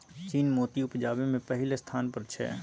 चीन मोती उपजाबै मे पहिल स्थान पर छै